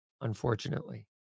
Unfortunately